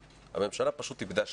הממשלה פשוט איבדה שליטה.